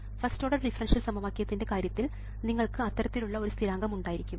first order differential സമവാക്യത്തിന്റെ കാര്യത്തിൽ നിങ്ങൾക്ക് അത്തരത്തിലുള്ള ഒരു സ്ഥിരാങ്കം ഉണ്ടായിരിക്കും